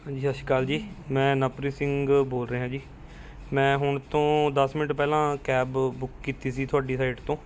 ਹਾਂਜੀ ਸਤਿ ਸ਼੍ਰੀ ਅਕਾਲ ਜੀ ਮੈਂ ਨਵਪ੍ਰੀਤ ਸਿੰਘ ਬੋਲ ਰਿਹਾ ਜੀ ਮੈਂ ਹੁਣ ਤੋਂ ਦਸ ਮਿੰਟ ਪਹਿਲਾਂ ਕੈਬ ਬੁੱਕ ਕੀਤੀ ਸੀ ਤੁਹਾਡੀ ਸਾਈਟ ਤੋਂ